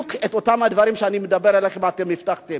בדיוק את אותם הדברים שאני מדבר אליכם אתם הבטחתם.